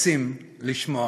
רוצים לשמוע,